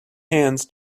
hands